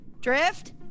Drift